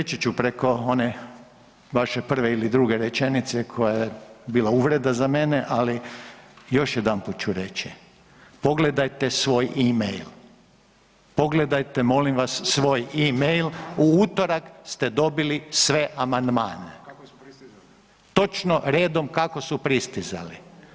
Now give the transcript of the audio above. Preći ću preko one vaše prve ili druge rečenice koja je bila uvreda za mene, ali još jedanput ću reći, pogledate svoj email, pogledate molim vas email u utorak ste dobili sve amandmane, točno redom kako su pristizali.